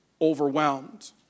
overwhelmed